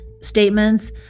statements